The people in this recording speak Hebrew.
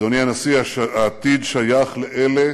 אדוני הנשיא, העתיד שייך לאלה